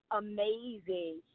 amazing